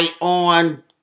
on